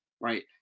right